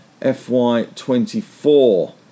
FY24